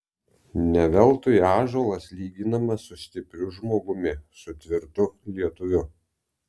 ne veltui ąžuolas lyginamas su stipriu žmogumi su tvirtu lietuviu